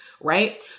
right